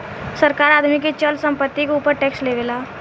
सरकार आदमी के चल संपत्ति के ऊपर टैक्स लेवेला